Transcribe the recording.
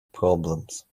problems